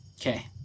Okay